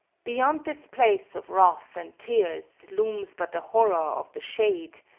beyond this place of wrath and tears looms but the horror of the shade,